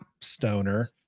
Stoner